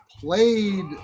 played